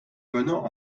venant